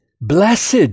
blessed